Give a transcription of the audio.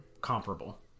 comparable